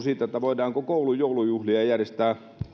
siitä voidaanko koulun joulujuhlia järjestää